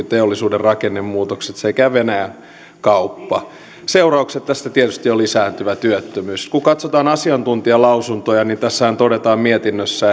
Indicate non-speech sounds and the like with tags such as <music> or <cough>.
<unintelligible> teollisuuden rakennemuutokset sekä venäjän kauppa seurauksena tästä tietysti on lisääntyvä työttömyys kun katsotaan asiantuntijalausuntoja niin tässä mietinnössähän todetaan